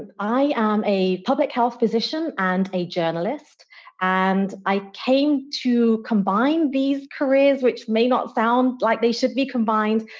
i am a public health physician and a journalist and i came to combine these careers, which may not sound like they should be combined,